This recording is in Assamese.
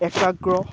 একাগ্ৰ